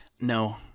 No